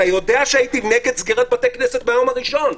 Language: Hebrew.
אתה יודע שהייתי נגד סגירת בתי כנסת מהיום הראשון,